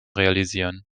realisieren